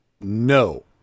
No